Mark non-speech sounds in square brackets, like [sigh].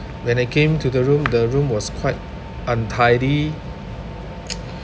when I came to the room the room was quite untidy [noise]